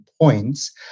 points